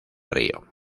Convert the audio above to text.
río